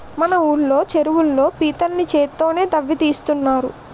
మన ఊళ్ళో చెరువుల్లో పీతల్ని చేత్తోనే తవ్వి తీస్తున్నారు